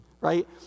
right